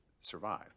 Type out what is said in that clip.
survive